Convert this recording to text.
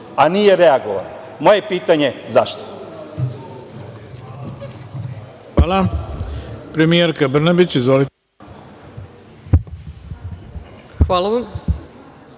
a nije reagovano. Moje pitanje zašto?